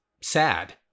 sad